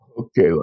Okay